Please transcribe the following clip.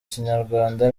kinyarwanda